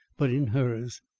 but in hers.